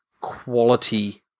quality